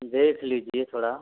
देख लीजिए थोड़ा